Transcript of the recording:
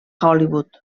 hollywood